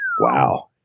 Wow